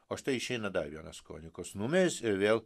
o štai išeina dar vienas kronikos numeris ir vėl